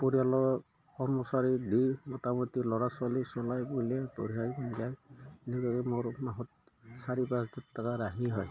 পৰিয়ালক কৰ্মচাৰীক দি মোটামুটি ল'ৰা ছোৱালী চলাই উলিয়াই পঢ়াই মিলাই এনেদৰে মোৰ মাহত চাৰি পাঁচ হাজাৰ টকা ৰাহি হয়